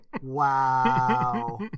Wow